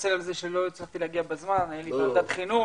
מתנצל שלא הצלחתי להגיע בזמן הייתי בוועדת חינוך.